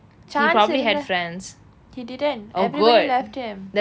chance இல்லைன்னா:illainnaa he didn't everyone left him